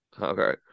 Okay